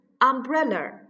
umbrella